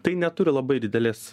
tai neturi labai didelės